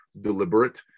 deliberate